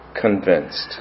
convinced